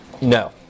No